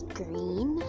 green